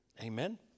Amen